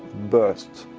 bursts,